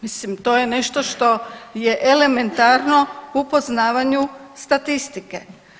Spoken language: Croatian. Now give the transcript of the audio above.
Mislim, to je nešto što je elementarno u poznavanju statistike.